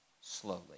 slowly